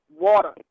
water